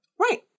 Right